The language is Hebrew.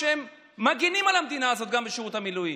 כשהם מגינים על המדינה הזאת גם בשירות המילואים.